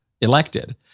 elected